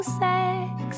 sex